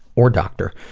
or doctor.